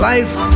Life